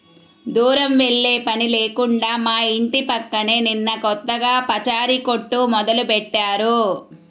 దూరం వెళ్ళే పని లేకుండా మా ఇంటి పక్కనే నిన్న కొత్తగా పచారీ కొట్టు మొదలుబెట్టారు